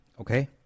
Okay